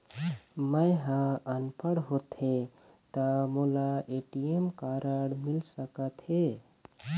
मैं ह अनपढ़ होथे ता मोला ए.टी.एम कारड मिल सका थे?